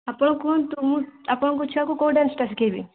ଆପଣ କୁହନ୍ତୁ ମୁଁ ଆପଣଙ୍କ ଛୁଆକୁ କେଉଁ ଡାନ୍ସଟା ଶିଖାଇବି